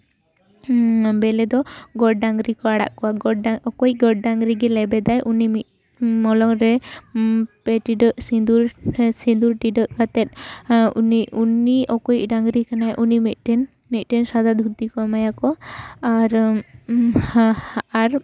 ᱚᱱᱟ ᱵᱮᱞᱮ ᱫᱚ ᱜᱚᱰ ᱰᱟᱹᱝᱨᱤ ᱠᱚ ᱟᱲᱟᱜ ᱠᱚᱣᱟ ᱜᱚᱰ ᱰᱟᱹᱝᱨᱤ ᱚᱠᱚᱭᱤᱡ ᱜᱚᱰ ᱰᱟᱹᱝᱨᱤ ᱜᱮᱭ ᱞᱮᱵᱮᱟᱭ ᱩᱱᱤ ᱢᱚᱞᱚᱝ ᱨᱮ ᱯᱮ ᱴᱤᱰᱟᱹᱜ ᱥᱤᱸᱫᱩᱨ ᱥᱤᱸᱫᱩᱨ ᱴᱤᱰᱟᱹᱜ ᱠᱟᱛᱮ ᱩᱱᱤ ᱩᱱᱤ ᱚᱠᱚᱭᱤᱡ ᱰᱟᱹᱝᱨᱤ ᱠᱟᱱᱟᱭ ᱩᱱᱤ ᱢᱤᱫᱴᱤᱱ ᱥᱟᱫᱟ ᱫᱷᱩᱛᱤ ᱠᱚ ᱮᱢᱟᱭᱟᱠᱚ ᱟᱨ ᱟᱨ